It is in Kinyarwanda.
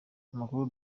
amakuru